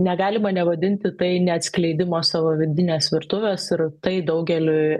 negalima nevadinti tai neatskleidimo savo vidinės virtuvės ir tai daugeliui